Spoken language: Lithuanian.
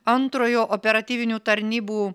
antrojo operatyvinių tarnybų